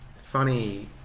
funny